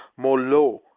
more low,